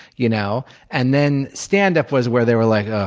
you know and then standup was where they were like, ah